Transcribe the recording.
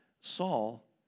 Saul